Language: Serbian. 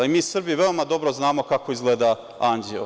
Mi Srbi veoma dobro znamo kako izgleda anđeo.